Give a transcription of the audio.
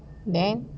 then